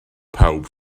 pawb